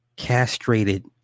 Castrated